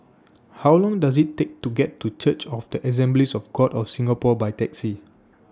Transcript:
How Long Does IT Take to get to Church of The Assemblies of God of Singapore By Taxi